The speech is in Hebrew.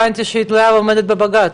הבנתי שהיא תלויה ועומדת בבג"ץ.